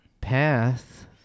path